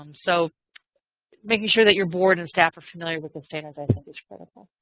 um so making sure that your board and staff are familiar with the standards i think is critical.